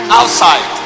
outside